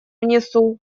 внесу